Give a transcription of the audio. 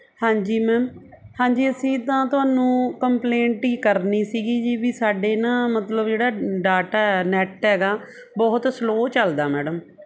ਹਾਂਜੀ ਮੈਮ ਹਾਂਜੀ ਅਸੀਂ ਤਾਂ ਤੁਹਾਨੂੰ ਕੰਪਲੇਂਟ ਹੀ ਕਰਨੀ ਸੀਗੀ ਜੀ ਵੀ ਸਾਡੇ ਨਾ ਮਤਲਬ ਜਿਹੜਾ ਡਾਟਾ ਨੈਟ ਹੈਗਾ ਬਹੁਤ ਸਲੋ ਚੱਲਦਾ ਮੈਡਮ